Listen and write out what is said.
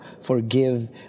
forgive